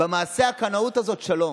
במעשה הקנאות הזה: שלום.